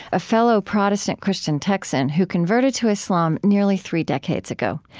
a fellow protestant christian texan who converted to islam nearly three decades ago.